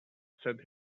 said